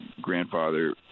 grandfather